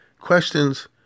questions